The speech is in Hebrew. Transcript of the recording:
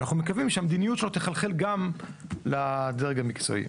ואנחנו מקווים שהמדיניות שלו תחלחל גם לדרג המקצועי.